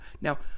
Now